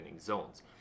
zones